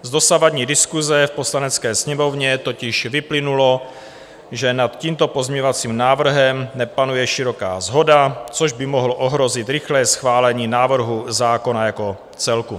Z dosavadní diskuse v Poslanecké sněmovně totiž vyplynulo, že nad tímto pozměňovacím návrhem nepanuje široká shoda, což by mohlo ohrozit rychlé schválení návrhu zákona jako celku.